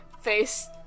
face